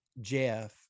Jeff